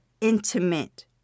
intimate